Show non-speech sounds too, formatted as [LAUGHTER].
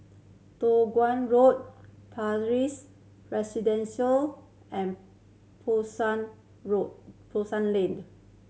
Toh Guan Road [UNINTELLIGIBLE] and Pasar Road Pasar Lane